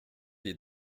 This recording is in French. des